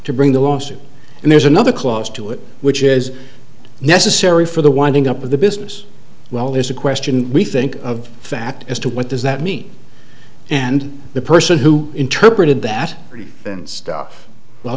to bring the lawsuit and there's another close to it which is necessary for the winding up of the business well there's a question we think of fact as to what does that mean and the person who interpreted that free stuff well